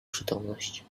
przytomność